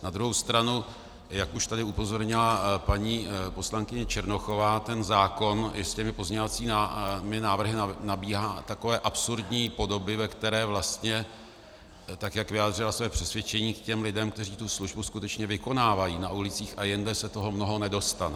Na druhou stranu, jak už tady upozornila paní poslankyně Černochová, ten zákon i s těmi pozměňovacími návrhy nabírá takové absurdní podoby, ve které vlastně, tak jak vyjádřila své přesvědčení k těm lidem, kteří tu službu skutečně vykonávají na ulicích a jinde, se toho mnoho nedostane.